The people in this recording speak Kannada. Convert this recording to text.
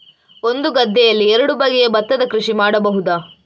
ಒಂದು ಗದ್ದೆಯಲ್ಲಿ ಎರಡು ಬಗೆಯ ಭತ್ತದ ಕೃಷಿ ಮಾಡಬಹುದಾ?